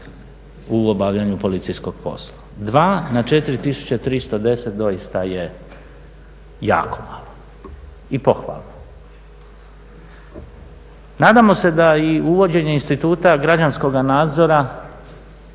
u obavljanju policijskog posla. 2 na 4310 doista je jako malo i pohvalno. Nadamo se da i uvođenje instituta građanskoga nadzora